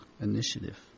initiative